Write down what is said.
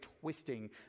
twisting